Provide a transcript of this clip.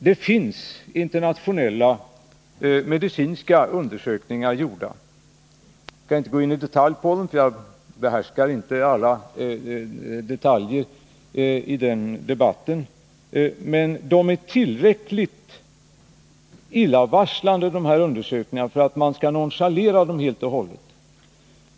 Det finns internationella medicinska undersökningar gjorda, som jag inte kan gå närmare in på eftersom jag inte behärskar alla detaljer i den debatten. Men jag vill säga att undersökningsresultaten är tillräckligt illavarslande för att man inte skall nonchalera dem helt och hållet.